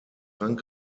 und